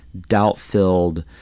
doubt-filled